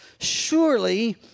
surely